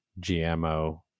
GMO